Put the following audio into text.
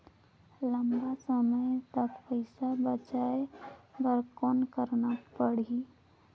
लंबा समय तक पइसा बचाये बर कौन करना पड़ही?